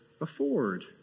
afford